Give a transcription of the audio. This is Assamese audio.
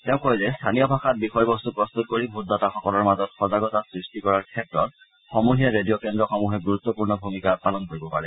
তেওঁ কয় যে স্থানীয় ভাযাত বিষয়বস্তু প্ৰস্তুত কৰি ভোটদাতাসকলৰ মাজত সজাগতা সৃষ্টি কৰাৰ ক্ষেত্ৰত সমূহীয়া ৰেডিঅ কেন্দ্ৰসমূহে গুৰুত্পূৰ্ণ ভূমিকা পালন কৰিব পাৰে